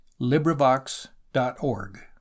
LibriVox.org